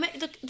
Look